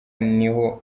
niho